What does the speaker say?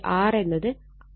അതിനാൽ 6